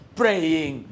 praying